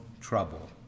trouble